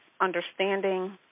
understanding